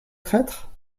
traître